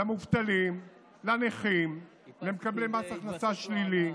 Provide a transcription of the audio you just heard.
למובטלים, לנכים, למקבלי מס הכנסה שלילי.